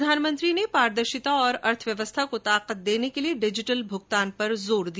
प्रधानमंत्री ने पारदर्शिता और अर्थव्यवस्था को ताकत देने के लिये डिजिटल भुगतान पर जोर दिया